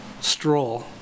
stroll